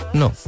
no